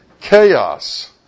chaos